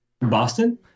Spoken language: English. Boston